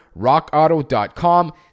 rockauto.com